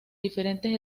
diferentes